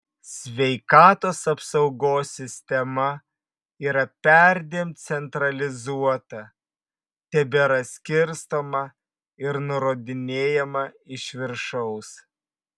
sveikatos apsaugos sistema yra perdėm centralizuota tebėra skirstoma ir nurodinėjama iš viršaus